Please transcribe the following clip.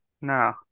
No